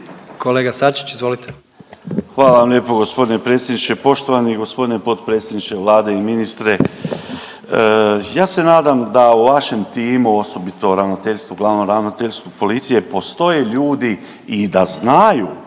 suverenisti)** Hvala vam lijepo g. predsjedniče. Poštovani g. potpredsjedniče Vlade i ministre. Ja se nadam da u vašem timu, osobito Ravnateljstvu, glavnom Ravnateljstvu policije postoje ljudi i da znaju,